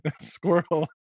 squirrel